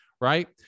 right